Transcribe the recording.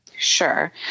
Sure